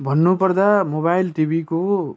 भन्नु पर्दा मोबाइल टिभीको